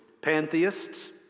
Pantheists